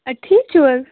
اَ ٹھیٖک چھُو حظ